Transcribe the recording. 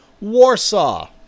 Warsaw